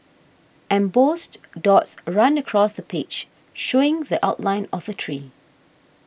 embossed dots run across the page showing the outline of a tree